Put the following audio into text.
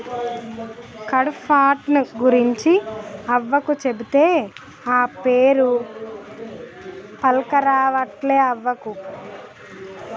కడ్పాహ్నట్ గురించి అవ్వకు చెబితే, ఆ పేరే పల్కరావట్లే అవ్వకు